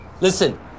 Listen